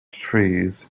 trees